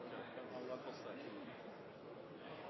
der alle